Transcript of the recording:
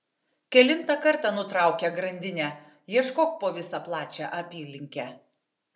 kelintą kartą nutraukia grandinę ieškok po visą plačią apylinkę